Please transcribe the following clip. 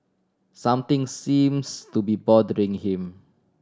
something seems to be bothering him